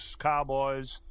cowboys